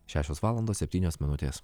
šešios valandos septynios minutės